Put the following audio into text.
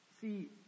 See